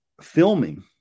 filming